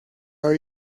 are